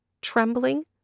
Trembling